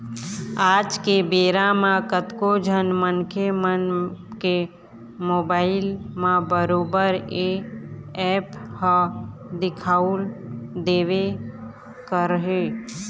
आज के बेरा म कतको झन मनखे मन के मोबाइल म बरोबर ये ऐप ह दिखउ देबे करही